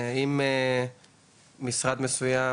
אם משרד מסוים